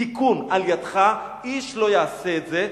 תיקון על-ידך, איש לא יעשה את זה,